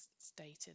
stated